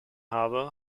habe